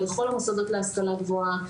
לכל המוסדות להשכלה גבוהה,